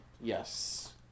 Yes